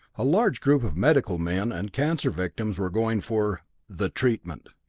a large group of medical men and cancer victims were going for the treatment.